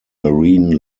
marine